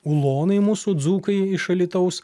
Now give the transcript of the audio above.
ulonai mūsų dzūkai iš alytaus